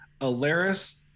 Alaris